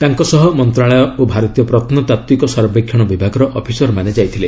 ତାଙ୍କ ସହ ମନ୍ତ୍ରଶାଳୟ ଓ ଭାରତୀୟ ପ୍ରତ୍ନତାତ୍ତ୍ୱିକ ସର୍ବେକ୍ଷଣ ବିଭାଗର ଅଫିସରମାନେ ଯାଇଥିଲେ